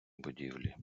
будівлі